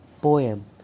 Poem